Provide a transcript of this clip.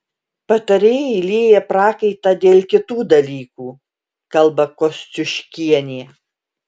patarėjai lieja prakaitą dėl kitų dalykų kalba kosciuškienė